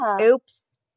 Oops